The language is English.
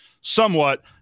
somewhat